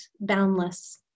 boundless